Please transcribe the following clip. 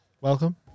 welcome